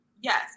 yes